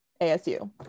asu